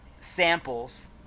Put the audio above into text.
samples